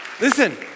Listen